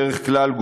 בדרך כלל,